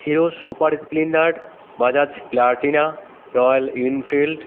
hero super splendor Bajaj Platina Royal Enfield